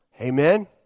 Amen